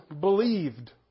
believed